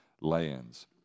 lands